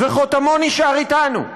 וחותמו נשאר איתנו.